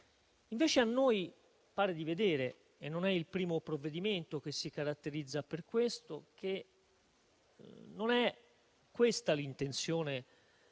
Invece, a noi pare di vedere - e non è il primo provvedimento che si caratterizza in tal senso - che non è questa l'intenzione della